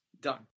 Done